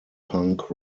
punk